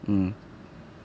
mm